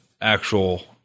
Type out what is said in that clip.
actual